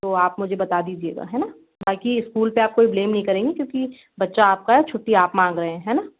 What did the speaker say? तो आप मुझे बता दीजिएगा है ना बाक़ी इस्कूल पे आप कोई ब्लेम नहीं करेंगे क्यूँकि बच्चा आपका है छुट्टी आप माँग रहें हैं है ना